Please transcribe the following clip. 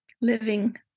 living